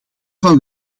van